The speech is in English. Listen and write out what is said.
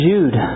Jude